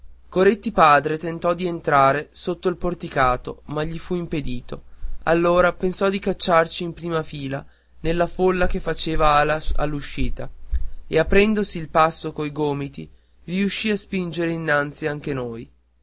coretti padre tentò di entrare sotto il porticato ma gli fu impedito allora pensò di cacciarsi in prima fila nella folla che facea ala all'uscita e aprendosi il passo coi gomiti riuscì a spingere innanzi anche noi